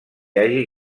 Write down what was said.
hagi